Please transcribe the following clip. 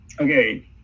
okay